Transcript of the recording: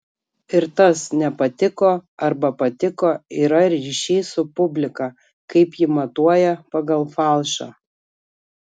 ir tas nepatiko arba patiko yra ryšys su publika kaip ji matuoja pagal falšą